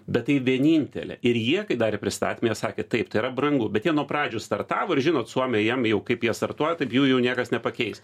bet tai vienintelė ir jie kai darė pristatyme jie sakė taip tai yra brangu bet jie nuo pradžių startavo ir žinot suomiai jiem jau kaip jie startuoja taip jų jau niekas nepakeis